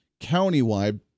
countywide